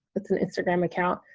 it's an instagram account.